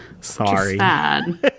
Sorry